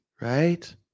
right